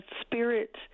spirit